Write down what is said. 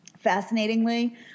fascinatingly